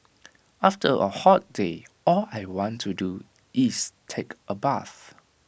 after A hot day all I want to do is take A bath